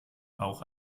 auch